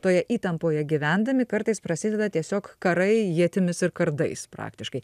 toje įtampoje gyvendami kartais prasideda tiesiog karai ietimis ir kardais praktiškai